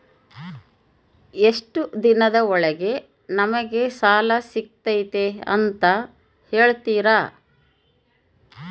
ಎಷ್ಟು ದಿನದ ಒಳಗೆ ನಮಗೆ ಸಾಲ ಸಿಗ್ತೈತೆ ಅಂತ ಹೇಳ್ತೇರಾ?